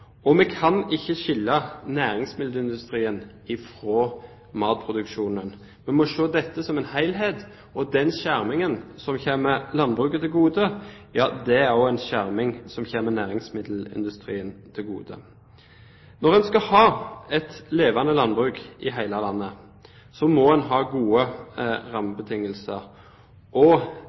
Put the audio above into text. Vi kan ikke skille næringsmiddelindustrien fra matproduksjonen. Vi må se på dette som en helhet. Den skjermingen som kommer landbruket til gode, kommer også næringsmiddelindustrien til gode. Hvis en skal ha et levende landbruk i hele landet, må en ha gode rammebetingelser.